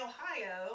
Ohio